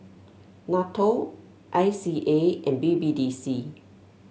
NATO I C A and B B D C